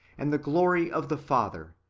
and the glory of the father,